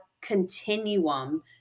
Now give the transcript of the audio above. continuum